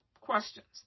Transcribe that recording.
Questions